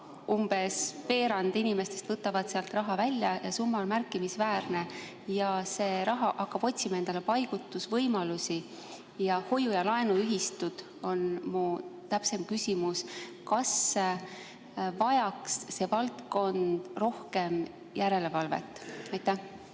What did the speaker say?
Umbes veerand inimestest võtavad sealt raha välja ja summa on märkimisväärne ning see raha hakkab otsima endale paigutusvõimalusi. Hoiu-laenuühistud on mu täpsem küsimus. Kas see valdkond vajaks rohkem järelevalvet? Tänan